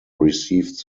received